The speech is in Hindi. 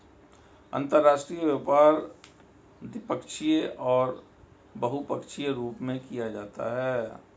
अंतर्राष्ट्रीय व्यापार द्विपक्षीय और बहुपक्षीय रूप में किया जाता है